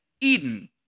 Eden